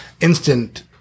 instant